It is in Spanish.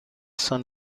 son